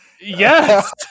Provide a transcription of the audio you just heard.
Yes